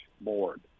board